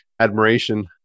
admiration